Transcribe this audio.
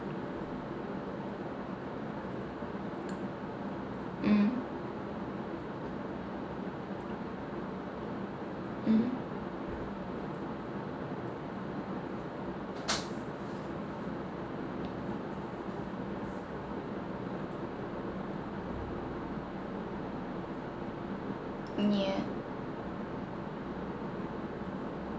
mm mm mm yeah